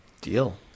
Deal